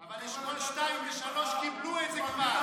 אבל אשכולות 2 ו-3 קיבלו את זה כבר.